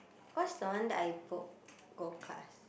what's the one that I book gold class